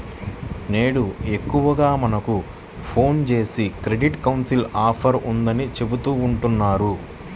నేడు ఎక్కువగా మనకు ఫోన్ జేసి క్రెడిట్ కౌన్సిలింగ్ ఆఫర్ ఉందని చెబుతా ఉంటన్నారు